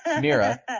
Mira